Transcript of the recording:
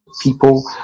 People